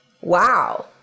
Wow